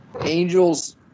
Angels